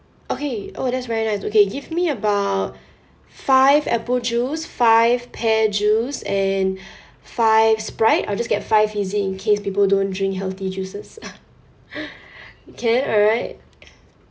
okay oh that's very nice okay give me about five apple juice five pear juice and five sprite I will just get five fizzy in case people don't drink healthy juices can alright